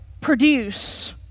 produce